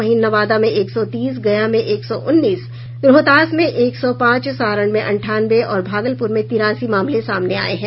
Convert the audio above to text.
वहीं नवादा में एक सौ तीस गया में एक सौ उन्नीस रोहतास में एक सौ पांच सारण में अंठानवे और भागलपुर में तिरासी मामले सामने आये हैं